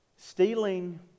Stealing